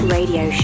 Radio